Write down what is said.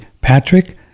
Patrick